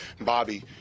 Bobby